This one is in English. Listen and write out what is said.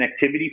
connectivity